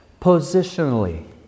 positionally